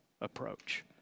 approach